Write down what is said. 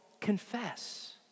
confess